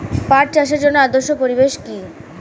পাট চাষের জন্য আদর্শ পরিবেশ কি?